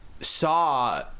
saw